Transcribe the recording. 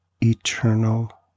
eternal